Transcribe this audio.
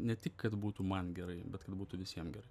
ne tik kad būtų man gerai bet kad būtų visiem gerai